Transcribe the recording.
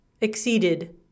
exceeded